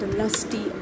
lusty